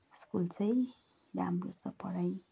school चाहिँ राम्रो छ पढाइ